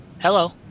Hello